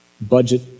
budget